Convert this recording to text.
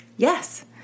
Yes